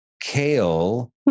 kale